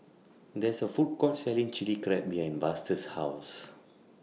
There IS A Food Court Selling Chili Crab behind Buster's House